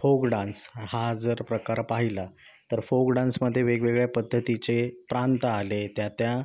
folk dance हा जर प्रकार पाहिला तर फोक डान्समध्ये वेगवेगळ्या पद्धतीचे प्रांत आले त्या त्या